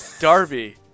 Darby